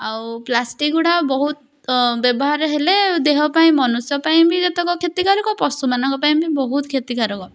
ଆଉ ପ୍ଲାଷ୍ଟିକ୍ଗୁଡା ବହୁତ ବ୍ୟବହାର ହେଲେ ଦେହ ପାଇଁ ମନୁଷ୍ୟ ପାଇଁ ବି ଯେତିକି କ୍ଷତିକାରକ ପଶୁମାନଙ୍କ ପାଇଁ ବି ବହୁତ କ୍ଷତିକାରକ